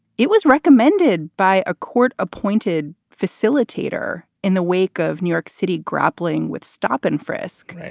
it was recommended by a court appointed facilitator in the wake of new york city grappling with stop and frisk.